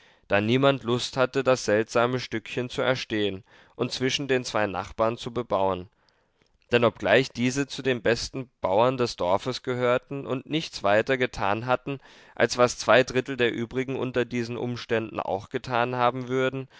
da niemand lust hatte das seltsame stückchen zu erstehen und zwischen den zwei nachbarn zu bebauen denn obgleich diese zu den besten bauern des dorfes gehörten und nichts weiter getan hatten als was zwei drittel der übrigen unter diesen umständen auch getan haben würden